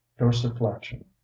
dorsiflexion